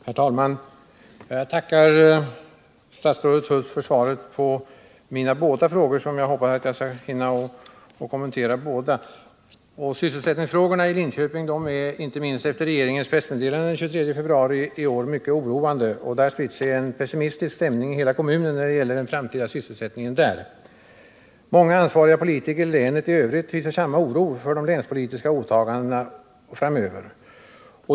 Herr talman! Jag tackar statsrådet Huss för svaret på mina två frågor. Jag hoppas att jag skall hinna kommentera dem båda. Sysselsättningsfrågorna i Linköping är inte minst efter regeringens pressmeddelande den 23 februari i år mycket oroande, och det har spritt sig en pessimistisk stämning i hela kommunen när det gäller den framtida sysselsättningen där. Många ansvariga politiker i länet i övrigt hyser samma oro för de länspolitiska åtagandena framöver.